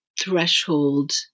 threshold